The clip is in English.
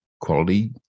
quality